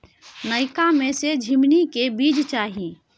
नयका में से झीमनी के बीज चाही?